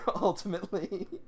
ultimately